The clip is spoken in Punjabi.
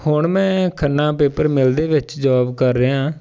ਹੁਣ ਮੈਂ ਖੰਨਾ ਪੇਪਰ ਮਿੱਲ ਦੇ ਵਿੱਚ ਜੋਬ ਕਰ ਰਿਹਾ